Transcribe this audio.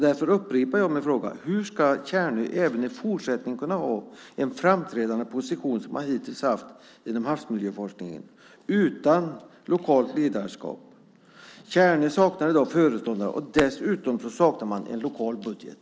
Därför upprepar jag min fråga: Hur ska Tjärnö även i fortsättningen kunna ha den framträdande position som man hittills har haft inom havsmiljöforskningen utan lokalt ledarskap? Tjärnö saknar i dag föreståndare. Dessutom saknar man en lokal budget.